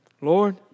Lord